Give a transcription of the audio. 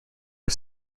are